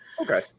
Okay